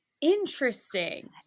Interesting